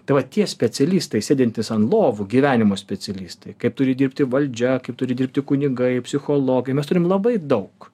tai va tie specialistai sėdintys ant lovų gyvenimo specialistai kaip turi dirbti valdžia kaip turi dirbti kunigai psichologai mes turim labai daug